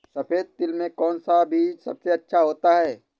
सफेद तिल में कौन सा बीज सबसे अच्छा होता है?